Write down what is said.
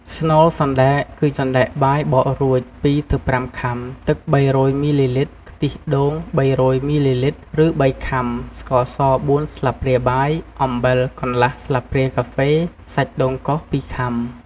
ស្នូលសណ្តែក គឺសណ្ដែកបាយបករួច ២ ទៅ ៥ ខាំ ទឹក ៣០០ មីលីលីត្រ ខ្ទះដូង ៣០០ មីលីលីត្រ រឺ ៣ ខាំ ស្ករស ៤ ស្លាបព្រាបាយ អំបិល កន្លះ ស្លាបព្រាកាហ្វេ សាច់ដូងកោស ២ ខាំ។